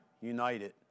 united